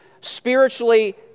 spiritually